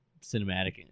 cinematic